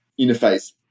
interface